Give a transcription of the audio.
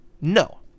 No